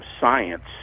science